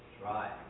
Try